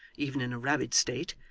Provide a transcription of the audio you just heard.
even in a rabid state,